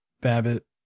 Babbitt